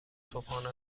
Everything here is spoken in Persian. صبحانه